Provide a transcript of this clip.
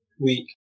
week